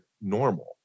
normal